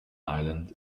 island